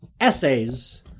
essays